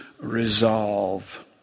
resolve